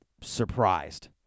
surprised